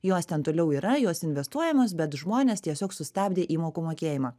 jos ten toliau yra jos investuojamos bet žmonės tiesiog sustabdė įmokų mokėjimą